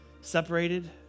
separated